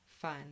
fun